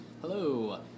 Hello